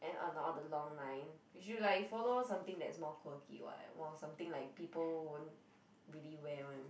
and on all the long line we should like follow something that is more quirky [what] more something like people won't really wear [one]